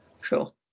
Sure